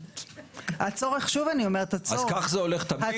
אז כך זה הולך תמיד,